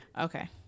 Okay